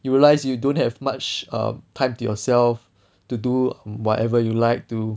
you realise you don't have much um time to yourself to do whatever you like to